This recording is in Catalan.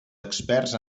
experts